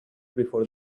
before